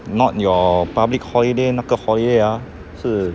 not your public holiday 那个 holiday ah 是